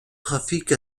trafic